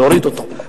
להוריד אותו,